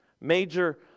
Major